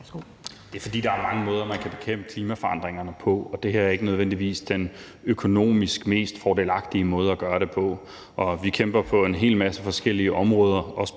Det er, fordi der er mange måder, man kan bekæmpe klimaforandringerne på, og det her er ikke nødvendigvis den økonomisk mest fordelagtige måde at gøre det på. Vi kæmper på en hel masse forskellige områder,